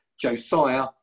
Josiah